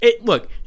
Look